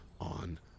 on